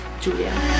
Julia